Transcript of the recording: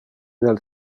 del